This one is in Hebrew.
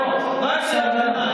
רבינוביץ' עושה את זה,